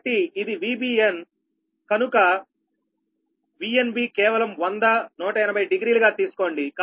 కాబట్టి ఇది VBn కనుక VnB కేవలం 100 180 డిగ్రీలు గా తీసుకోండి